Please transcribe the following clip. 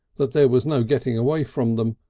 that there was no getting away from them,